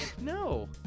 No